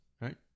right